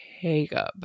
Jacob